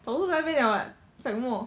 早就在那边 liao what 讲什么